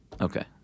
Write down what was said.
Okay